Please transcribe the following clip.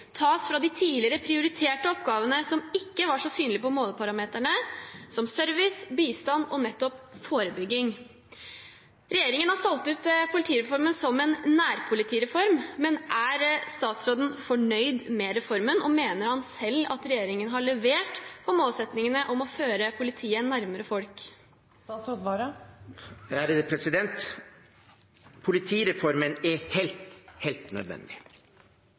tas fra de tidligere prioriterte oppgavene som ikke var så synlige på måleparameterne, som service, bistand og forebygging. Regjeringen har solgt inn politireformen som en nærpolitireform, men er statsråden fornøyd med reformen, og mener han selv at regjeringen har levert når det gjelder målsettingene om å føre politiet nærmere folk? Politireformen er helt, helt nødvendig.